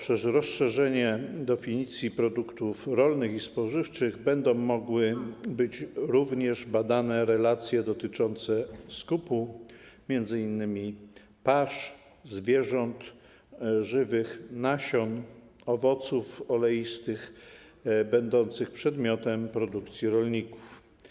Dzięki rozszerzeniu definicji produktów rolnych i spożywczych będą mogły być również badane relacje dotyczące skupu m.in. pasz, zwierząt żywych, nasion, owoców oleistych będących przedmiotem produkcji rolników.